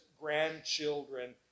grandchildren